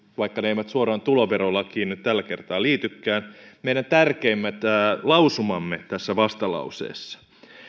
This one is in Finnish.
vaikka ne eivät suoraan tuloverolakiin nyt tällä kertaa liitykään koska niihin liittyvät meidän tärkeimmät lausumamme tässä vastalauseessa